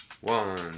One